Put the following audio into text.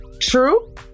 True